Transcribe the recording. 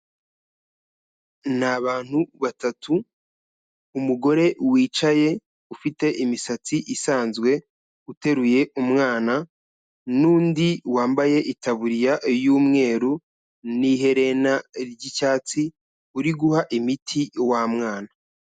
Ni abantu batatu, umugore wicaye ufite imisatsi isanzwe uteruye umwana n'undi wambaye itaburiya y'umweru n'iherena ry'icyatsi uri guha imiti wa mwana.